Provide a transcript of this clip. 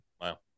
Wow